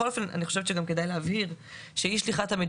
אני חושבת שכדאי להבהיר שאי שליחת המידע